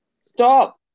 Stop